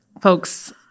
folks